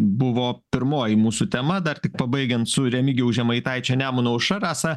buvo pirmoji mūsų tema dar tik pabaigiant su remigijaus žemaitaičio nemuno aušra rasa